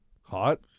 hot